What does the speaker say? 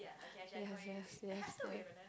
yes yes yes